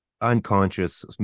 unconscious